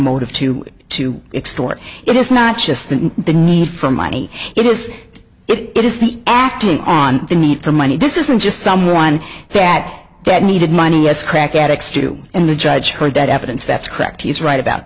motive to to extort it is not just in the need for money it is it is the acting on the need for money this isn't just someone that that needed money as crack addicts do and the judge heard that evidence that's correct he's right about